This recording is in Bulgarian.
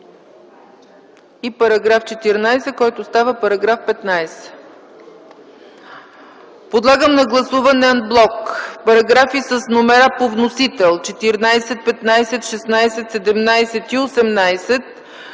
И § 14, който става § 15. Подлагам на гласуване ан блок параграфи с номера по вносител 14, 15, 16, 17 и 18,